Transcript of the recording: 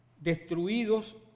destruidos